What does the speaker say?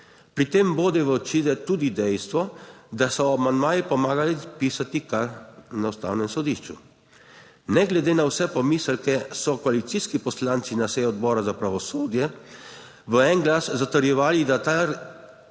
Pri tem bode v oči, da tudi dejstvo, da so amandmaji pomagali pisati kar na ustavnem sodišču. Ne glede na vse pomisleke so koalicijski poslanci na seji Odbora za pravosodje v en glas zatrjevali, da te